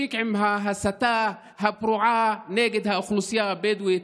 מספיק עם ההסתה הפרועה נגד האוכלוסייה הבדואית.